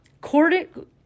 Cordic